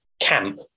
camp